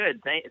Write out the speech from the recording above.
good